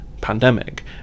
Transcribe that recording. pandemic